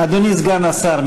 אדוני סגן השר,